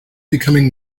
becoming